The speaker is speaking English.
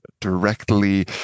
directly